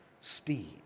speed